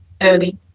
early